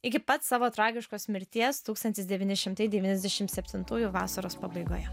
iki pat savo tragiškos mirties tūkstantis devyni šimtai devyniasdešim septintųjų vasaros pabaigoje